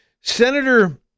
Senator